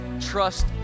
trust